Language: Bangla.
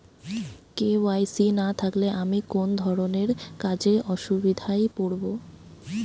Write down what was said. কে.ওয়াই.সি না থাকলে আমি কোন কোন ধরনের কাজে অসুবিধায় পড়ব?